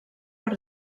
per